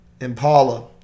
Impala